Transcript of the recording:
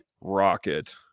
rocket